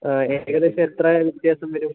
ആ ഏകദേശം എത്ര വ്യത്യാസം വരും